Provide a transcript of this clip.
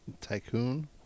Tycoon